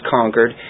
conquered